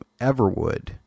Everwood